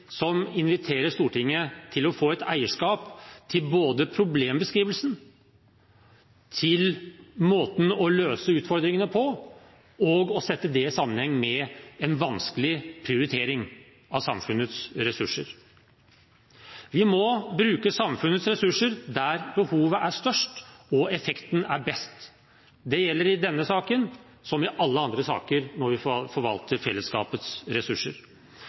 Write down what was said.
som inviterer Stortinget til å få et eierskap til både problembeskrivelsen og til måten å løse utfordringene på og å sette det i sammenheng med en vanskelig prioritering av samfunnets ressurser. Vi må bruke samfunnets ressurser der behovet er størst og effekten er best. Det gjelder i denne saken, som i alle andre saker, når vi forvalter fellesskapets ressurser.